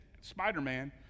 spider-man